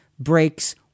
breaks